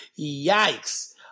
Yikes